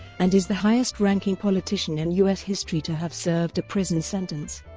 and is the highest-ranking politician in u s. history to have served a prison sentence.